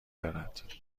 دارد